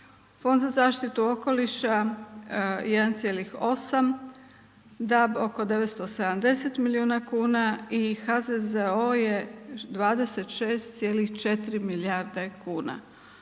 Fond za zaštitu okoliša 1,8, DAB oko 970 milijuna kuna i HZZO je 26,4 milijarde kuna.